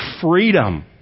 freedom